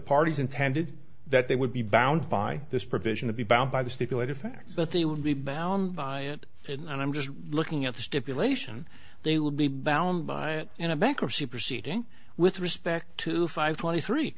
parties intended that they would be bound by this provision to be bound by the stipulated fact that they would be bound by it and i'm just looking at the stipulation they would be bound by it in a bankruptcy proceeding with respect to five twenty three